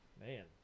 man